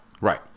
Right